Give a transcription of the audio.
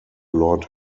lord